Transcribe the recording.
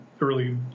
early